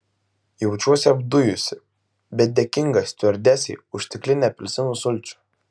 jaučiuosi apdujusi bet dėkinga stiuardesei už stiklinę apelsinų sulčių